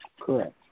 Correct